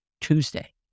Tuesday